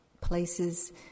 places